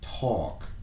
Talk